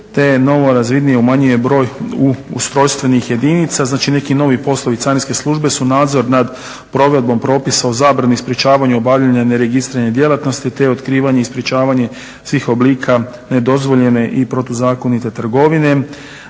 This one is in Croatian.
te novorazvidnije umanjuje broj ustrojstvenih jedinica, znači neki novi poslovi Carinske službe su nadzor nad provedbom propisa o zabrani i sprečavanju obavljanja neregistrirane djelatnosti te otkrivanje i sprečavanje svih oblika nedozvoljene i protuzakonite trgovine,